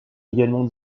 également